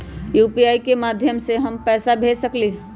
UPI के माध्यम से हम पैसा भेज सकलियै ह?